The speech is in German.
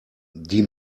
die